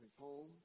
home